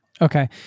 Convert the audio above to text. Okay